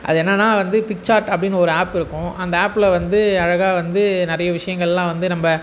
அது என்னென்னால் வந்து பிக்சாட் அப்படின்னு ஒரு ஆப் இருக்கும் அந்த ஆப்பில் வந்து அழகாக வந்து நிறைய விஷயங்கள்லாம் வந்து நம்ம